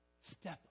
Step